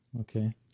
okay